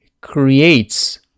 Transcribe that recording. creates